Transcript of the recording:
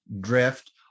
drift